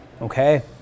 okay